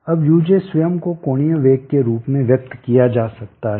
अब ut स्वयं को कोणीय वेग के रूप में व्यक्त किया जा सकता है